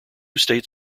state